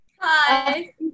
Hi